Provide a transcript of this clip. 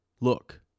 look